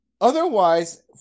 Otherwise